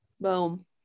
Boom